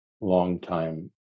longtime